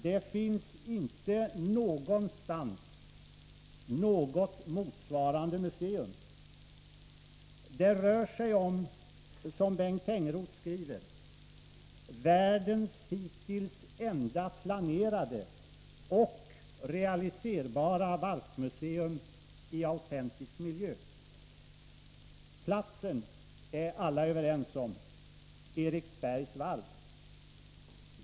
Det finns inte någonstans något motsvarande museum. Det rör sig om, som Bengt Tengroth skriver, världens hittills enda planerade — och realiserbara — varvsmuseum i autentisk miljö. Platsen är alla överens om — Eriksbergs Varv.